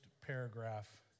paragraph